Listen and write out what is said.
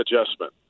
adjustment